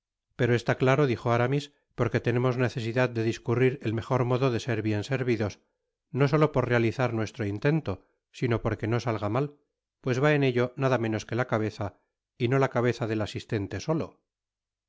pero está claro dijo aramis porque tenemos necesidad de discurrir el mejor modo de ser bien servidos no solo por realizar nuestro intento sino porque no salga mal pues vá en ello nada menos que la cabeza y no la cabeza del asistente solo